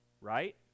right